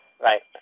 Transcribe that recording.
Right